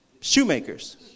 Shoemakers